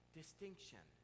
distinction